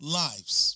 lives